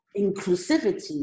inclusivity